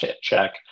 check